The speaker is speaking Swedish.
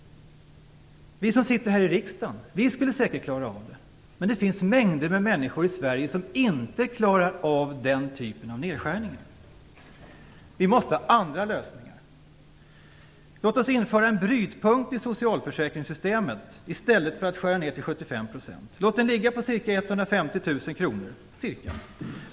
Vi som sitter här i riksdagen skulle säkert klara av det. Men det finns mängder med människor i Sverige som inte klarar av den typen av nedskärningar. Vi måste ha andra lösningar. Låt oss införa en brytpunkt i socialförsäkringssystemen i stället för att skära ner till 75 %. Låt den ligga på ca 150 000 kr.